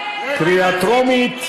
קריאה טרומית.